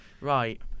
right